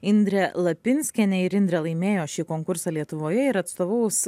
indrė lapinskienė ir indrė laimėjo šį konkursą lietuvoje ir atstovaus